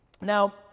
Now